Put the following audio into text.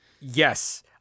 Yes